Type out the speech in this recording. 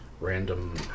Random